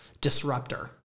disruptor